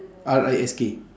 R I S K